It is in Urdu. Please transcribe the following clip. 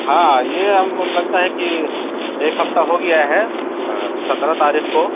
ہاں یہ ہم لگتا ہے کہ ایک ہفتہ ہو گیا ہے سترہ تاریخ کو